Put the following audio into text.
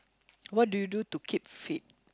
what do you do to keep fit